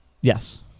Yes